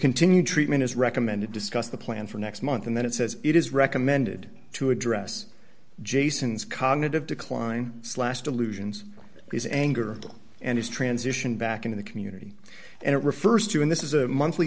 continued treatment is recommended discuss the plan for next month and then it says it is recommended to address jason's cognitive decline slash delusions his anger and his transition back into the community and it refers to him this is a monthly